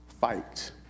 fight